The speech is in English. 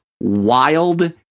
wild